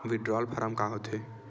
withdrawal form का होथेय